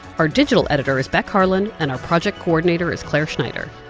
our digital editor is beck harlan, and our project coordinator is clare schneider.